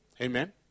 Amen